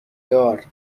دار